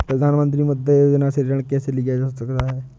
प्रधानमंत्री मुद्रा योजना से ऋण कैसे लिया जा सकता है?